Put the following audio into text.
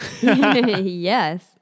Yes